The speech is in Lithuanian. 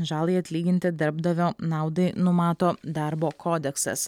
žalai atlyginti darbdavio naudai numato darbo kodeksas